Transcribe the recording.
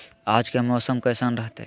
आज के मौसम कैसन रहताई?